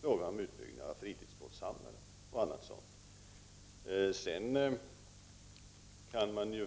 Det är fråga om utbyggnad av fritidsbåtshamnar och annat sådant. Sedan kan man